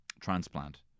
transplant